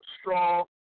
strong